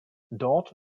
dort